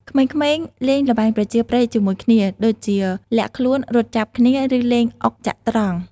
ក្មេងៗលេងល្បែងប្រជាប្រិយជាមួយគ្នា ដូចជាលាក់ខ្លួន រត់ចាប់គ្នា ឬលេងអុកចត្រង្គ។